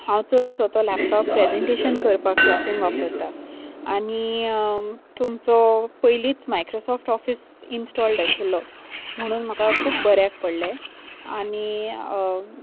हांव चडसो तो लॅपटॉप प्रेजेंनटेशन करपाक क्लासीन वापरता आनी तुमचो पयलींच मायक्रोसॉफ्ट ऑफिस इंस्टॉल्ड आशिल्लो म्हणून म्हाका खूब बऱ्याक पडलें आनी